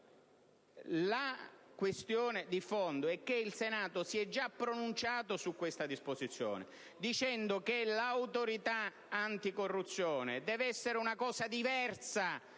La questione di fondo è che il Senato si è già pronunciato su questa disposizione, dicendo che l'Autorità anticorruzione deve essere cosa diversa